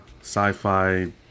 sci-fi